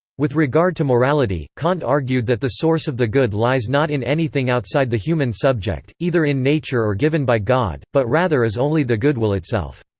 with regard to morality, kant argued that the source of the good lies not in anything outside the human subject, either in nature or given by god, but rather is only the good will itself.